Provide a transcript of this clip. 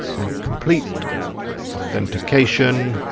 and complete authentication.